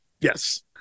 Yes